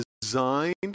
designed